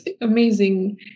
amazing